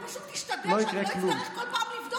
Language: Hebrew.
רק פשוט תשתדל שאני לא אצטרך כל פעם לבדוק